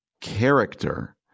Character